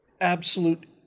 absolute